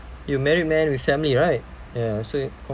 you married man with family right ya so you